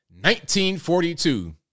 1942